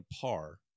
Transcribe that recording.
par